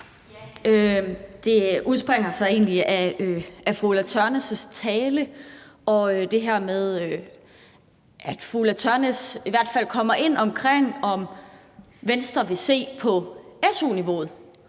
Det udspringer egentlig af fru Ulla Tørnæs' tale og det her med, at fru Ulla Tørnæs i hvert fald kommer ind på, om Venstre vil se på su-niveauet.